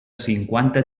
cinquanta